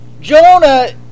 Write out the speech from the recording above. Jonah